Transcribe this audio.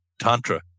Tantra